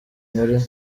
muri